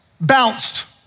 bounced